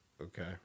Okay